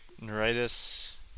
neuritis